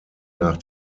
nach